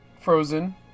Frozen